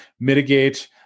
mitigate